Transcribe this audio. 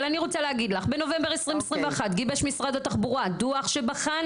אבל אני רוצה להגיד לך בנובמבר 2021 גיבש משרד התחבורה דוח שבחן